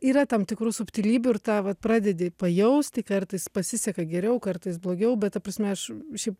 yra tam tikrų subtilybių ir tą vat pradedi pajausti kartais pasiseka geriau kartais blogiau bet ta prasme aš šiaip